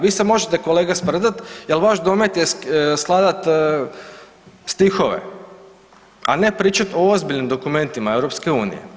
Vi se možete kolega sprdat jel vaš domet je skladat stihove, a ne pričat o ozbiljnim dokumentima EU.